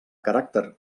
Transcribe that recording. caràcter